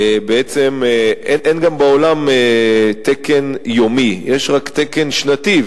ובעצם גם אין בעולם תקן יומי, יש רק תקן שנתי.